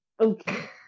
okay